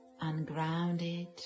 ungrounded